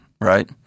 right